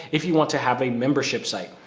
if you want to have a membership site,